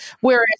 Whereas